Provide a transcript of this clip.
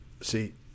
See